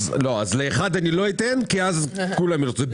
לאחד אני לא אתן כי אז כולם ירצו.